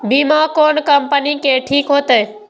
बीमा कोन कम्पनी के ठीक होते?